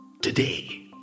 today